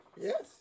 Yes